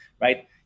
right